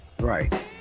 right